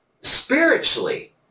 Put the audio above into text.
spiritually